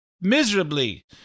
miserably